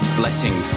blessing